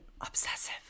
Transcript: obsessive